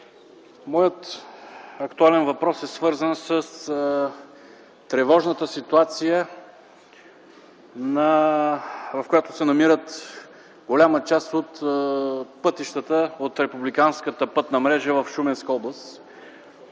Моят актуален въпрос е свързан с тревожната ситуация, в която се намира голяма част от пътищата от републиканската пътна мрежа в Шуменска област.